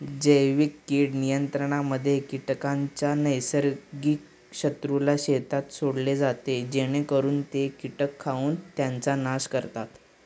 जैविक कीड नियंत्रणामध्ये कीटकांच्या नैसर्गिक शत्रूला शेतात सोडले जाते जेणेकरून ते कीटक खाऊन त्यांचा नाश करतात